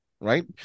right